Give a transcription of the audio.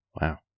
Wow